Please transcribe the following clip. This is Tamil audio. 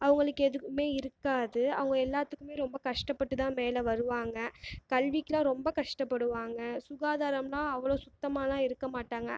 அவங்களுக்கு எதுக்குமே இருக்காது அவங்க எல்லாத்துக்கும் ரொம்ப கஷ்டப்பட்டு தான் மேலே வருவாங்க கல்விக்குலா ரொம்ப கஷ்டப்படுவாங்கள் சுகாதாரம்லா அவ்வளோ சுத்தமாலா இருக்க மாட்டாங்க